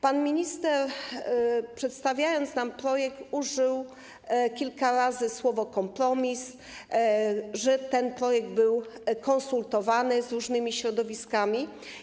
Pan minister, przedstawiając nam projekt, użył kilka razy słowa ˝kompromis˝, powiedział, że ten projekt był konsultowany z różnymi środowiskami.